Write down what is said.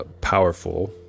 powerful